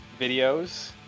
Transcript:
Videos